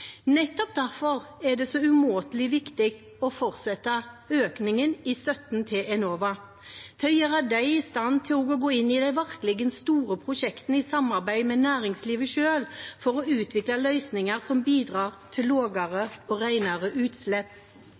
Nettopp derfor er det så umåtelig viktig å fortsette økningen i støtten til Enova, til å gjøre dem i stand til å gå inn i de virkelig store prosjektene i samarbeid med næringslivet selv for å utvikle løsninger som bidrar til lavere og renere utslipp.